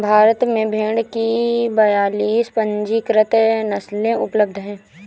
भारत में भेड़ की बयालीस पंजीकृत नस्लें उपलब्ध हैं